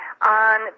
on